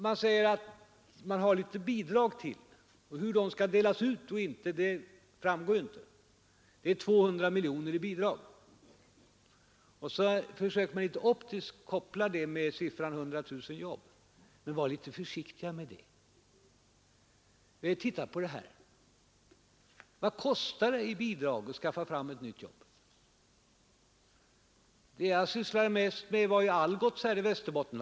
Man talar om litet mer bidrag, men hur de skall delas ut framgår inte. 200 miljoner är det i bidrag, och det försöker man optiskt koppla ihop med siffran 100 000 jobb. Men var litet försiktig med det! Titta på vad det kostar i bidrag att skaffa fram ett nytt jobb! Det jag sysslat mest med var Algots etablering i Västerbotten.